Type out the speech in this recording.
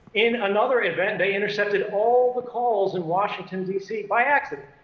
in another event, they intercepted all the calls in washington, d c, by accident.